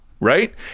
right